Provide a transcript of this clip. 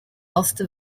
ulster